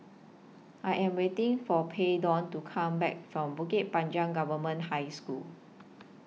I Am waiting For Payton to Come Back from Bukit Panjang Government High School